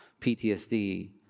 PTSD